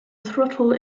throttle